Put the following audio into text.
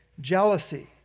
jealousy